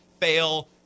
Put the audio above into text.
fail